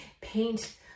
paint